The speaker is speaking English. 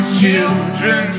children